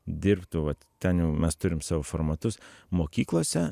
dirbtų vat ten jau mes turim savo formatus mokyklose